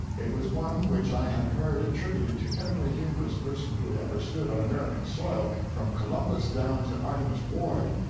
it was one which i had heard attributed to every humorous person who had ever stood on american soil, from columbus down to artemus ward.